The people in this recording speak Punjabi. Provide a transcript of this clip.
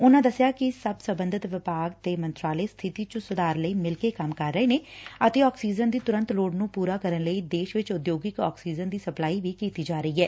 ਉਨਾਂ ਦਸਿਆ ਕਿ ਸਬੰਧਤ ਵਿਭਾਗ ਤੇ ਮੰਤਰਾਲੇ ਸਬਿਤੀ ਚ ਸੁਧਾਰ ਲਈ ਮਿਲਕੇ ਕੰਮ ਕਰ ਰਹੇ ਨੇ ਅਤੇ ਆਕਸੀਜਨ ਦੀ ਤੁਰੰਤ ਲੋੜ ਨੂੰ ਪੁਰਾ ਕਰਨ ਲਈ ਦੇਸ਼ ਵਿਚ ਉਦਯੋਗਿਕ ਆਕਸੀਜਨ ਦੀ ਸਪਲਾਈ ਵੀ ਕੀਤੀ ਜਾ ਰਹੀ ਐ